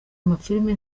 amafilime